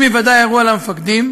עם היוודע האירוע למפקדים,